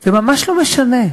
זה ממש לא משנה,